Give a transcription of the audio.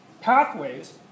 pathways